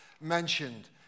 mentioned